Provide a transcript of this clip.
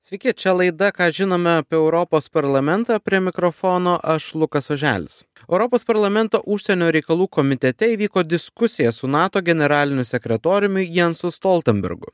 sveiki čia laida ką žinome apie europos parlamentą prie mikrofono aš lukas oželis europos parlamento užsienio reikalų komitete įvyko diskusija su nato generaliniu sekretoriumi jansu stoltenbergu